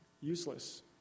useless